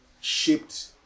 shaped